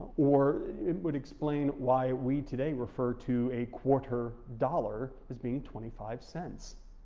or it would explain why we today refer to a quarter dollar as being twenty five cents.